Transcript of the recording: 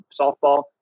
softball